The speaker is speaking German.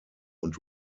und